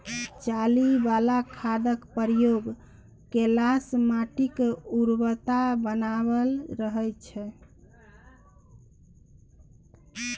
चाली बला खादक प्रयोग केलासँ माटिक उर्वरता बनल रहय छै